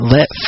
Let